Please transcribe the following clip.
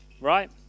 right